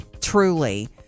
Truly